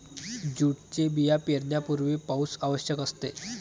जूटचे बिया पेरण्यापूर्वी पाऊस आवश्यक असते